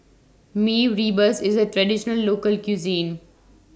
Mee Rebus IS A Traditional Local Cuisine